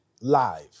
Live